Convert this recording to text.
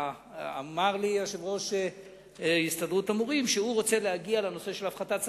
אמר לי יושב-ראש הסתדרות המורים שהוא רוצה להגיע להפחתת שכר,